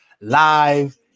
live